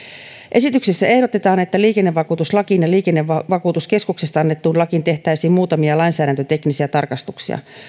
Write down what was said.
esityksessä ehdotetaan että liikennevakuutuslakiin ja liikennevakuutuskeskuksesta annettuun lakiin tehtäisiin muutamia lainsäädäntöteknisiä tarkistuksia